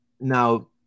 now